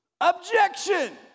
Objection